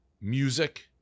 music